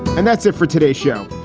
and that's it for today show,